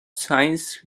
science